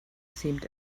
seemed